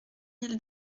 mille